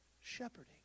shepherding